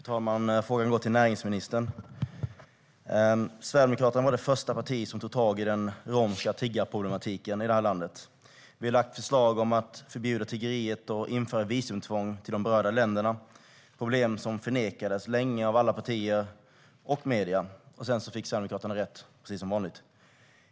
Fru talman! Min fråga går till näringsministern. Sverigedemokraterna var det första partiet som tog tag i den romska tiggarproblematiken i det här landet. Vi har lagt fram förslag om att förbjuda tiggeriet och införa visumtvång gentemot de berörda länderna. Det här är problem som förnekades länge av alla partier och medierna, och sedan fick Sverigedemokraterna rätt - precis som vanligt.